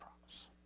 promise